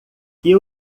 que